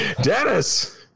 dennis